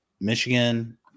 Michigan